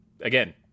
again